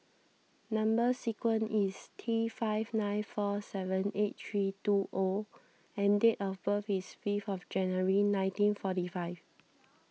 Number Sequence is T five nine four seven eight three two O and date of birth is fifth of January nineteen forty five